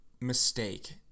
mistake